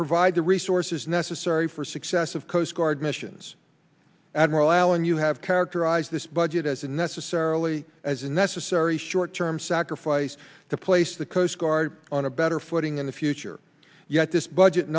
provide the resources necessary for success of coast guard missions admiral allen you have characterized this budget as unnecessarily as a necessary short term sacrifice to place the coast guard on a better footing in the future yet this budget